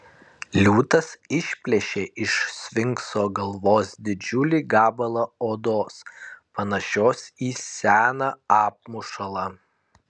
liūtas išplėšė iš sfinkso galvos didžiulį gabalą odos panašios į seną apmušalą